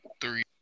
three